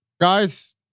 Guys